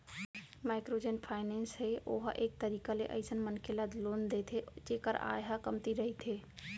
micro जेन finance हे ओहा एक तरीका ले अइसन मनखे ल लोन देथे जेखर आय ह कमती रहिथे